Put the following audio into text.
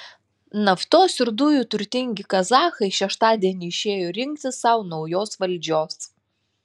naftos ir dujų turtingi kazachai šeštadienį išėjo rinkti sau naujos valdžios